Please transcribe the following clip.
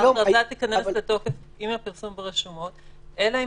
ההכרזה תיכנס לתוקף עם הפרסום ברשומות אלא אם